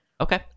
Okay